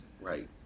Right